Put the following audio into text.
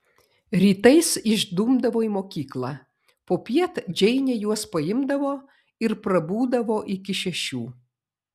rytais išdumdavo į mokyklą popiet džeinė juos paimdavo ir prabūdavo iki šešių